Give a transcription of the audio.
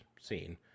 scene